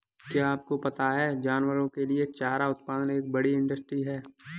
क्या आपको पता है जानवरों के लिए चारा उत्पादन एक बड़ी इंडस्ट्री है?